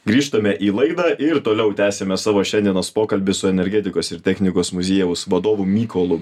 grįžtame į laidą ir toliau tęsiame savo šiandienos pokalbį su energetikos ir technikos muziejaus vadovu mykolu